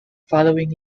following